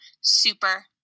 super